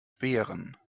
beeren